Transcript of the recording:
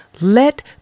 Let